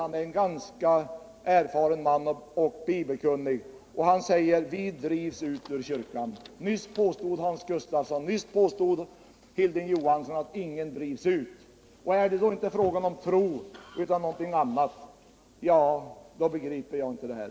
Han är en ganska erfaren och bibelkunnig man och han säger att ”vi drivs ut ur kyrkan”. Nyss påstod Hans Gustafsson och Hilding Johansson att ingen drivs ut. Är det då inte fråga om tro utan om någonting annat, ja, då begriper jag inte det här.